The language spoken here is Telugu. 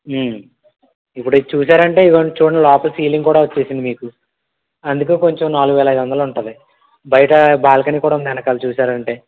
ఇప్పుడు ఇది చూసారంటే ఇగోండి చూడండి లోపల సీలింగ్ కూడా వచ్చింది మీకు అందుకు కొంచెం నాలుగువేల ఐదు వందలు ఉంటుంది బయట బాల్కనీ కూడా ఉంది వెనకాల చూశారంటే